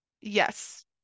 yes